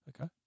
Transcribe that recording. Okay